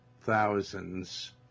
thousands